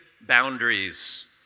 boundaries